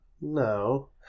No